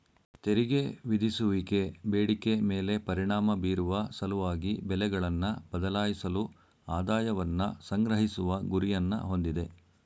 ತೆರಿಗೆ ವಿಧಿಸುವಿಕೆ ಬೇಡಿಕೆ ಮೇಲೆ ಪರಿಣಾಮ ಬೀರುವ ಸಲುವಾಗಿ ಬೆಲೆಗಳನ್ನ ಬದಲಾಯಿಸಲು ಆದಾಯವನ್ನ ಸಂಗ್ರಹಿಸುವ ಗುರಿಯನ್ನ ಹೊಂದಿದೆ